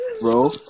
Bro